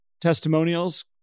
testimonials